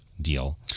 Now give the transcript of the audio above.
deal